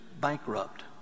bankrupt